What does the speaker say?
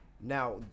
Now